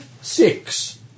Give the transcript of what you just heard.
Six